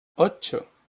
ocho